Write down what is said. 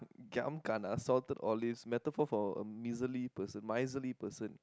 giam kana salted olives metaphor for a miserly person miserly person